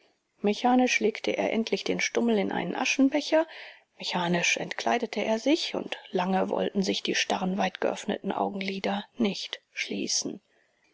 mechanisch legte er endlich den stummel in einen aschenbecher mechanisch entkleidete er sich und lange wollten sich die starren weitgeöffneten augenlider nicht schließen